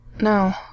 No